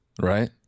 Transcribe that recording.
right